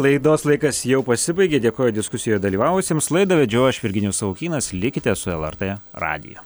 laidos laikas jau pasibaigė dėkoju diskusijoje dalyvavusiems laidą vedžiau aš virginijus savukynas likite su lrt radijo